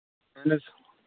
اَہَن حظ